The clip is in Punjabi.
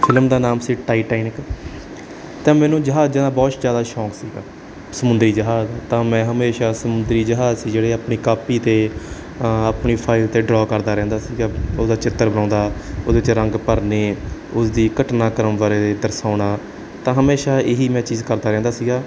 ਫਿਲਮ ਦਾ ਨਾਮ ਸੀ ਟਾਈ ਟੈਨਿਕ ਅਤੇ ਮੈਨੂੰ ਜਹਾਜ਼ਾਂ ਦਾ ਬਹੁਤ ਜ਼ਿਆਦਾ ਸ਼ੌਕ ਸੀਗਾ ਸਮੁੰਦਰੀ ਜਹਾਜ਼ ਤਾਂ ਮੈਂ ਹਮੇਸ਼ਾ ਸਮੁੰਦਰੀ ਜਹਾਜ਼ ਸੀ ਜਿਹੜੇ ਆਪਣੀ ਕਾਪੀ 'ਤੇ ਆਪਣੀ ਫਾਈਲ 'ਤੇ ਡਰਾ ਕਰਦਾ ਰਹਿੰਦਾ ਸੀਗਾ ਉਹਦਾ ਚਿੱਤਰ ਬਣਾਉਂਦਾ ਉਹਦੇ 'ਚ ਰੰਗ ਭਰਨੇ ਉਸਦੇ ਘਟਨਾਕ੍ਰਮ ਬਾਰੇ ਦਰਸਾਉਣਾ ਤਾਂ ਹਮੇਸ਼ਾ ਇਹੀ ਮੈਂ ਚੀਜ਼ ਕਰਦਾ ਰਹਿੰਦਾ ਸੀਗਾ